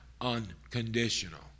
unconditional